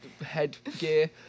headgear